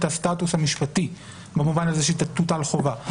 הסטטוס המשפטי במובן הזה שתוטל חובה,